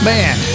Man